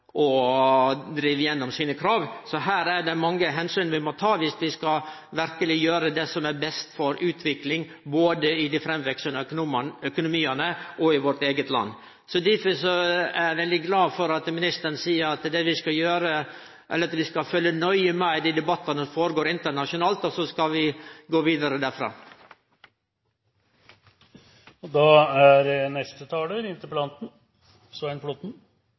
og juridiske – til å drive gjennom sine krav. Her er det mange omsyn vi må ta, om vi verkeleg skal gjere det som er best for utviklinga – både i dei framveksande økonomiane og i vårt eige land. Difor er eg glad for at ministeren seier at vi skal følgje nøye med i dei debattane som foregår internasjonalt, og så skal vi gå vidare derifrå. Det eneste argumentet fra statsrådens side som er